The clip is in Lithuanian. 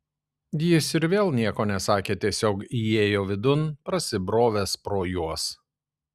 jis ir vėl nieko nesakė tiesiog įėjo vidun prasibrovęs pro juos